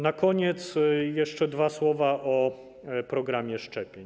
Na koniec jeszcze dwa słowa o programie szczepień.